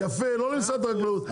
יפה לא למשרד החקלאות,